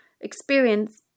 experience